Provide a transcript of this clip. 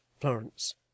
Florence